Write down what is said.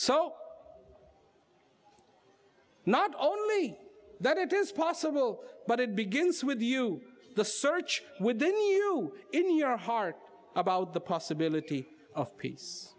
so not only that it is possible but it begins with you the search within you in your heart about the possibility of peace